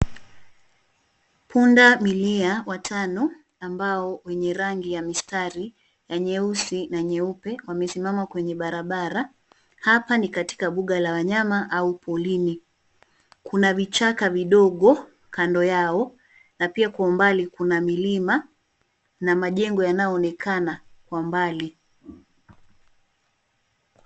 Pundamilia watano ambao wenye rangi ya mistari ya nyeusi na nyeupe wamesimama kwenye barabara, hapa ni katika mbuga la wanyama au porini. Kuna vichaka vidogo kando yao, na pia kwa umbali kuna milima na majengo yananyoonekana kwa mbali.